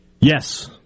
Yes